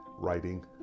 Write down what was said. Writing